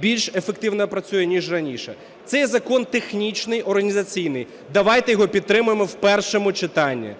більш ефективно працює ніж раніше. Цей закон технічний, організаційний, давайте його підтримаємо в першому читанні.